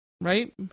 right